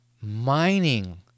mining